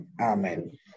Amen